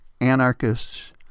anarchists